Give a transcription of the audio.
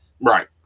Right